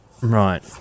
Right